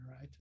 right